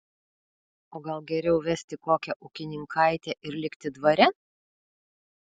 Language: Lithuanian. o gal geriau vesti kokią ūkininkaitę ir likti dvare